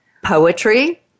Poetry